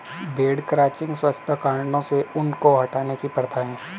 भेड़ क्रचिंग स्वच्छता कारणों से ऊन को हटाने की प्रथा है